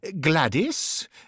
Gladys